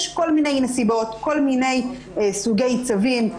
יש כל מיני סוגי צווים.